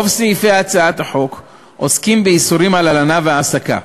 רוב סעיפי הצעת החוק עוסקים באיסורים על הלנה והעסקה.